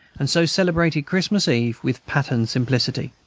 and so celebrated christmas eve with pattern simplicity.